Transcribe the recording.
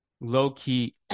low-key